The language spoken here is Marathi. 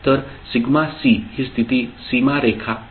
तर σc ही स्थिती सिमा रेखा आहे